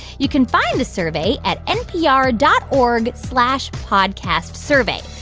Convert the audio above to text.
you can find the survey at npr dot org slash podcastsurvey.